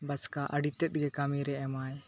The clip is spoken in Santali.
ᱵᱟᱥᱠᱟ ᱟᱹᱰᱤᱛᱮᱫ ᱜᱮ ᱠᱟᱹᱢᱤᱨᱮ ᱮᱢᱟᱭᱟ